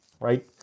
right